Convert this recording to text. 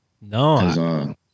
No